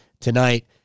tonight